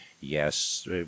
Yes